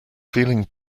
feeling